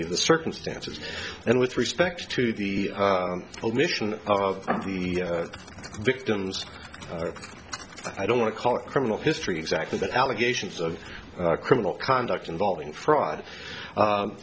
of the circumstances and with respect to the omission of the victims i don't want to call it criminal history exactly but allegations of criminal conduct involving fraud